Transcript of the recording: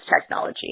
technology